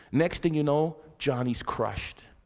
next thing you know, johnny's crushed.